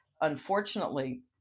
unfortunately